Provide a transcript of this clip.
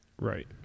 right